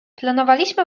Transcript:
planowaliśmy